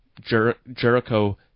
Jericho